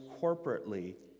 corporately